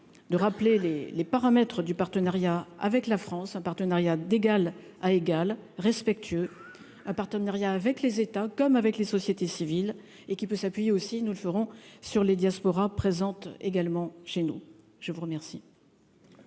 de rappeler les les paramètres du partenariat avec la France un partenariat d'égal à égal, respectueux, un partenariat avec les États, comme avec les sociétés civiles et qui peut s'appuyer aussi, nous le ferons sur les diasporas présente également chez nous, je vous remercie.